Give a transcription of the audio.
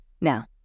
Now